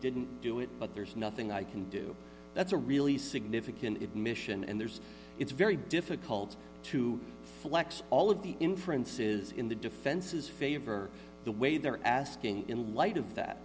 didn't do it but there's nothing i can do that's a really significant admission and there's it's very difficult to flex all of the inferences in the defense's favor the way they're asking in light of that